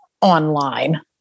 online